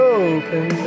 open